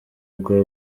bwa